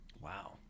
Wow